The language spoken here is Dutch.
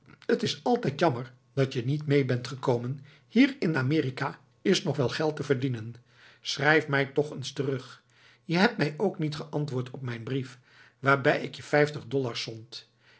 t is altijd jammer dat je niet mee bent gekomen hier in amerika is nog wel geld te verdienen schrijf mij toch eens terug je hebt mij ook niet geantwoord op mijn brief waarbij ik je vijftig dollars zond